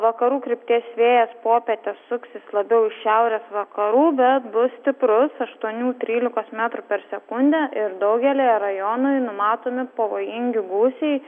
vakarų krypties vėjas popietę suksis labiau iš šiaurės vakarų bet bus stiprus aštuonių trylikos metrų per sekundę ir daugelyje rajonų numatomi pavojingi gūsiai